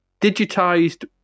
digitized